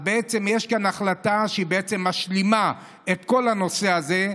יש כאן החלטה שהיא משלימה את כל הנושא הזה,